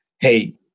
hey